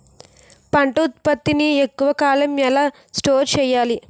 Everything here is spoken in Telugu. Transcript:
పంట ఉత్పత్తి ని ఎక్కువ కాలం ఎలా స్టోర్ చేయాలి?